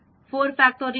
12 2 1 1 2 4 2